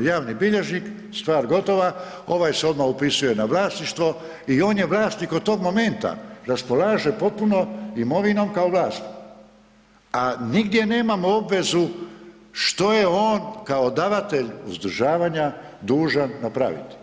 javni bilježnik, stvar gotova, ovaj se odmah upisuje na vlasništvo i on je vlasnik od tog momenta, raspolaže potpuno imovinom kao vlasnik, a nigdje nemamo obvezu što je on kao davatelj uzdržavanja dužan napraviti.